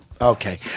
Okay